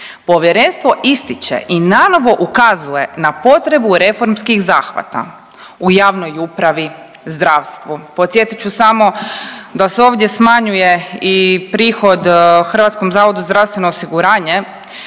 Povjerenstvo ističe i nanovo ukazuje na potrebu reformskih zahvata u javnoj upravi, zdravstvu, podsjetit ću samo da se ovdje smanjuje i prihod HZZO-u i dalje ne